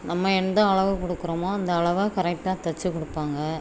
நம்ம எந்த அளவு கொடுக்கறோமோ அந்த அளவாக கரெக்டாக தைச்சுக் கொடுப்பாங்க